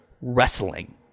wrestling